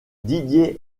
didier